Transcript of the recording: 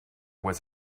was